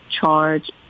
charge